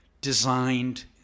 designed